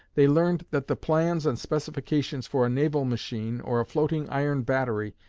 they learned that the plans and specifications for a naval machine, or a floating iron battery,